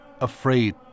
afraid